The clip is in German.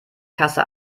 kasse